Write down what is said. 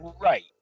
right